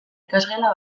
ikasgela